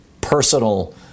personal